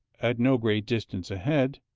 at no great distance ahead,